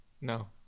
No